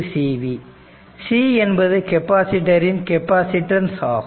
c என்பது capacitor ன் capacitance ஆகும்